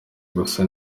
gusa